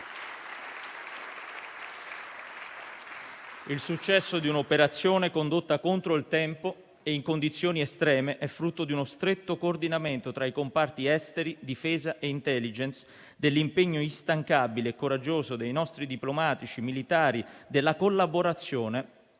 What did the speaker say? Il successo di un'operazione condotta contro il tempo e in condizioni estreme è frutto di uno stretto coordinamento tra i comparti esteri, difesa e *intelligence*, dell'impegno instancabile e coraggioso dei nostri diplomatici, militari, della collaborazione